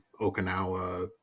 okinawa